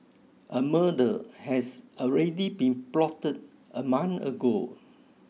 a murder has already been plotted a month ago